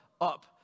up